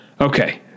Okay